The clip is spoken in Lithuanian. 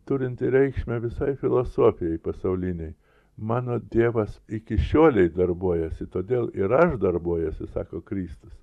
turintį reikšmę visai filosofijai pasaulinei mano tėvas iki šiolei darbuojasi todėl ir aš darbuojuosi sako kristus